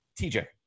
TJ